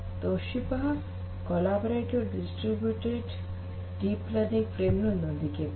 Toshiba collaborative distributed deep learning framework ನೊಂದಿಗೆ ಬಂದಿದೆ